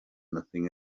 nothing